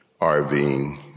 RVing